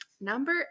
number